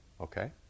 okay